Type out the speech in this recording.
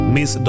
Miss